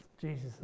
Jesus